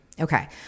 Okay